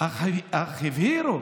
"אך הבהירו